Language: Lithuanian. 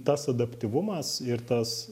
tas adaptyvumas ir tas